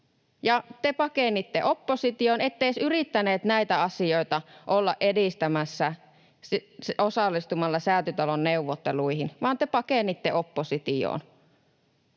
te pakenitte oppositioon. Ette edes yrittäneet näitä asioita olla edistämässä osallistumalla Säätytalon neuvotteluihin, vaan te pakenitte oppositioon.